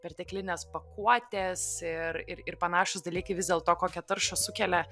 perteklinės pakuotės ir ir ir panašūs dalykai vis dėlto kokią taršą sukelia